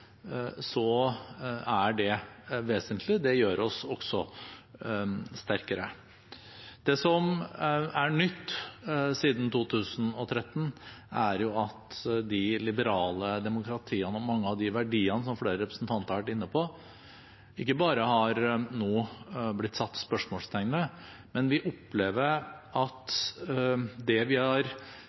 er det vesentlig. Det gjør oss også sterkere. Det som er nytt siden 2013, er at de liberale demokratiene og mange av de verdiene som flere representanter har vært inne på, ikke bare nå har blitt satt spørsmålstegn ved, men vi opplever at det vi har